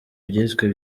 byiswe